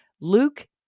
Luke